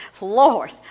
Lord